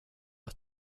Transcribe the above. ett